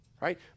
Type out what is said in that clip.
right